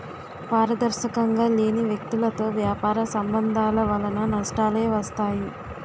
పారదర్శకంగా లేని వ్యక్తులతో వ్యాపార సంబంధాల వలన నష్టాలే వస్తాయి